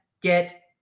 get